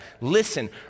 Listen